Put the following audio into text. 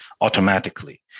automatically